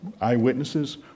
eyewitnesses